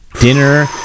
dinner